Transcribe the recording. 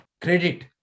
credit